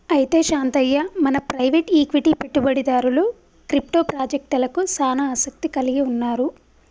అయితే శాంతయ్య మన private equity పెట్టుబడిదారులు క్రిప్టో పాజెక్టలకు సానా ఆసత్తి కలిగి ఉన్నారు